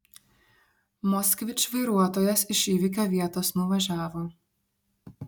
moskvič vairuotojas iš įvykio vietos nuvažiavo